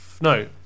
No